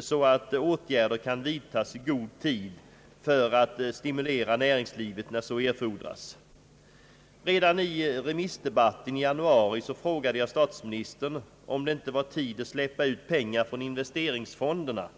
så att åtgärder kan vidtagas i god tid för att stimulera näringslivet när så erfordras. Redan under remissdebatten i januari frågade jag statsministern, om det inte var tid att släppa ut pengar från investeringsfonderna.